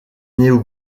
néo